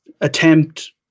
attempt